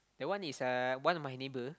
that one is uh one of my neighbour